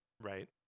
Right